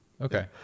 Okay